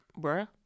bruh